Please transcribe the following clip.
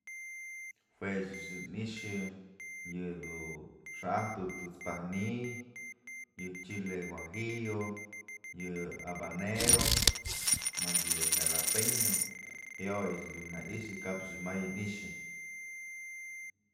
Juë ëch ni'xë yëdun xa'ajpë të'ëts pajk ni'iy, yë chile guajillo, yë habanero, mëd yë jelapëno jeyoyëch dun na i'ixë kachmay i'ixë.